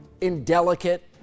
Indelicate